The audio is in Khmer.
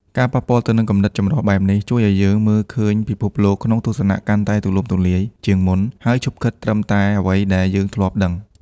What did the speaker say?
ការប៉ះពាល់ទៅនឹងគំនិតចម្រុះបែបនេះ ជួយយើងឱ្យ មើលឃើញពិភពលោកក្នុងទស្សនៈកាន់តែទូលំទូលាយ ជាងមុន ហើយឈប់គិតត្រឹមតែអ្វីដែលយើងធ្លាប់ដឹង។